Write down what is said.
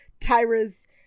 Tyra's